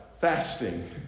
fasting